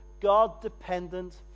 God-dependent